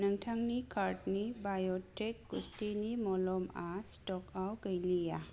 नोंथांनि कार्टनि बाय'टिक गुस्थिनि मलमआ स्टकआव गैलिया